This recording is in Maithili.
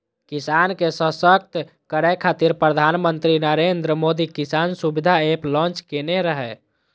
किसान के सशक्त करै खातिर प्रधानमंत्री नरेंद्र मोदी किसान सुविधा एप लॉन्च केने रहै